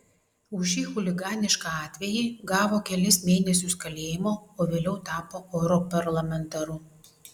už šį chuliganišką atvejį gavo kelis mėnesius kalėjimo o vėliau tapo europarlamentaru